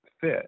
fit